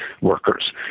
workers